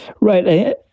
Right